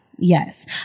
Yes